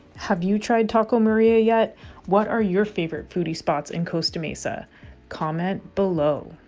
have you tried taco maria yet what are your favorite foodie spots in costa mesa comment below